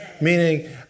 Meaning